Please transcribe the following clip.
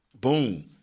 Boom